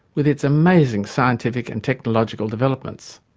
with its amazing scientific and technological developments.